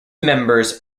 members